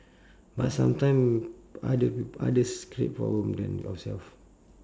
but sometime other peo~ others create problem than yourself